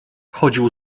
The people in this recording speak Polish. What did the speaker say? chodził